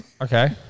okay